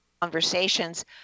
conversations